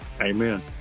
Amen